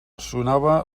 sonava